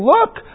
look